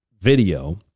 video